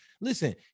Listen